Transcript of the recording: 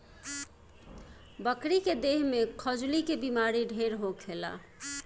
बकरी के देह में खजुली के बेमारी ढेर होखेला